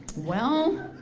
well,